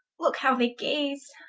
looke how they gaze,